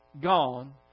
gone